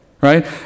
right